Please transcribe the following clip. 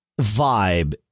vibe